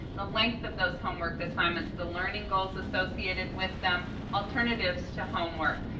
the length of those homework assignments, the learning goals associated with them, alternatives to homework,